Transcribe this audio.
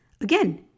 again